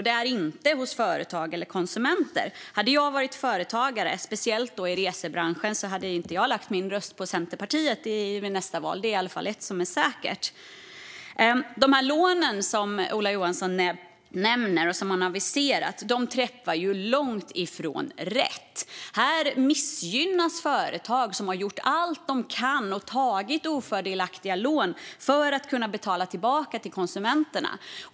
Det är inte hos företag eller konsumenter. Om jag hade varit företagare och då speciellt i resebranschen hade inte jag lagt min röst på Centerpartiet i nästa val. Det är ett som är säkert. De lån som Ola Johansson nämner och som han aviserat träffar långt ifrån rätt. Här missgynnas företag som har gjort allt de kan och tagit ofördelaktiga lån för att kunna betala tillbaka till konsumenterna.